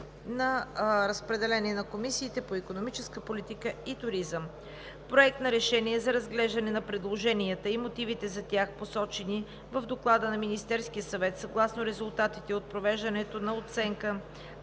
Разпределен е на Комисията по икономическа политика и туризъм. Проект на решение за разглеждане на предложенията и мотивите за тях, посочени в доклада на Министерския съвет относно резултатите от провеждането на оценка